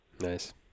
Nice